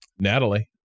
Natalie